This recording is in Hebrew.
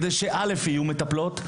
כדי שיהיו מטפלות,